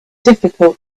difficult